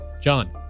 John